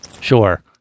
sure